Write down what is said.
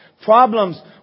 problems